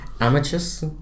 amateurs